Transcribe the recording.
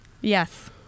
Yes